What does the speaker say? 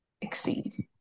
exceed